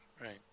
Right